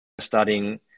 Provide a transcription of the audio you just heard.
studying